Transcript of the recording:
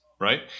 right